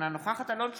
אינה נוכחת אלון שוסטר,